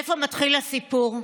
ואיפה מתחיל הסיפור?